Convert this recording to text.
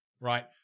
right